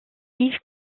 yves